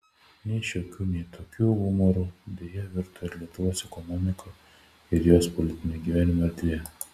nei šiokiu nei tokiu humoru deja virto ir lietuvos ekonomika ir jos politinio gyvenimo erdvė